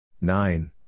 Nine